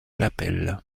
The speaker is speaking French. l’appel